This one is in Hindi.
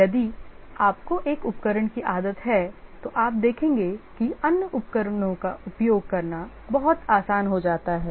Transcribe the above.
यदि आपको एक उपकरण की आदत है तो आप देखेंगे कि अन्य उपकरणों का उपयोग करना बहुत आसान हो जाता है